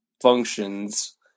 functions